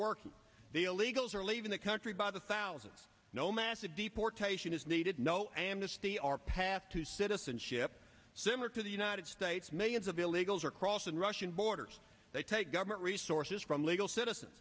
working the illegals are leaving the country by the thousands no massive deportation is needed no amnesty or path to citizenship similar to the united states millions of illegals are crossing russian borders they take government resources from legal citizen